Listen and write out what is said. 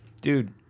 Dude